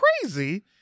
crazy